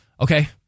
okay